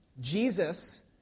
Jesus